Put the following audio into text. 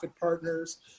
partners